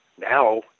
Now